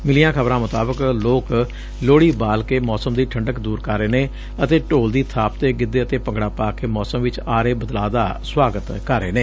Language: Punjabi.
ਮਿਲੀਆਂ ਖ਼ਬਰਾਂ ਮੁਤਾਬਕ ਲੋਕ ਲੋਹੜੀ ਬਾਲ ਕੇ ਮੋਸਮ ਦੀ ਠੰਢਕ ਦੂਰ ਕਰ ਰਹੇ ਨੇ ਅਤੇ ਢੋਲ ਦੀ ਬਾਪ ਡੇ ਗਿੱਧੇ ਅਤੇ ਭੰਗੜਾ ਪਾ ਕੇ ਮੌਸਮ ਚ ਆ ਰਹੇ ਬਦਲਾਅ ਦਾ ਸੁਆਗਤ ਕਰ ਰਹੇ ਨੇ